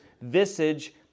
visage